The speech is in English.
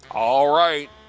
all right.